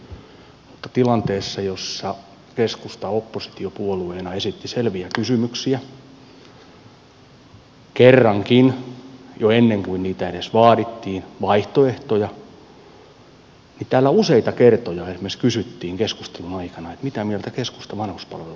mutta tilanteessa jossa keskusta oppositiopuolueena esitti selviä kysymyksiä kerrankin esitti vaihtoehtoja jo ennen kuin niitä edes vaadittiin täällä useita kertoja esimerkiksi kysyttiin keskustelun aikana mitä mieltä keskusta vanhuspalvelulaista on